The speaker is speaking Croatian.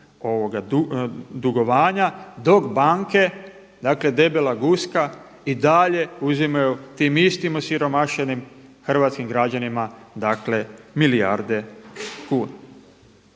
krug dugovanja dok banke, dakle debela guska i dalje uzimaju tim istim osiromašenih hrvatskim građanima dakle milijarde kuna.